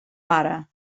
mare